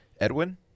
Edwin